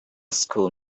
school